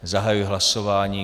Zahajuji hlasování.